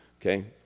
okay